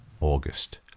August